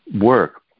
work